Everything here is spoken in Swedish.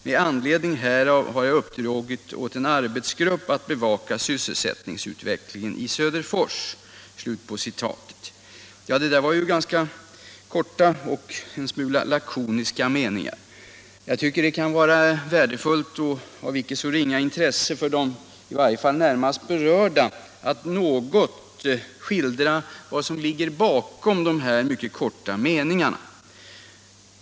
Med anledning härav har jag uppdragit åt en arbetsgrupp att bevaka sysselsättningsutvecklingen i Söderfors.” Detta var ganska korta och en smula lakoniska meningar. Jag tycker det kan vara värdefullt och av icke så ringa intresse för i varje fall de närmast berörda att något skildra vad som ligger bakom dessa mycket korta meningar.